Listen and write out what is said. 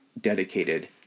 dedicated